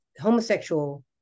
homosexual